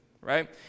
right